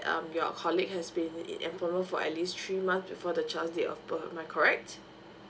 um your colleague has been in employment for at least three months before the child date of birth am I correct